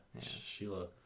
Sheila